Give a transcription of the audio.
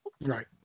right